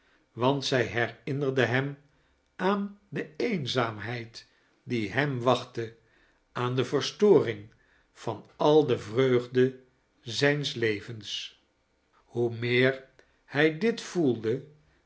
want zij herinneirlie hem aan de eeinzaamheid die hem wachtte aan de verstoring van al de vreugde zijns levens hoe meer hij tit voelde